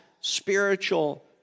spiritual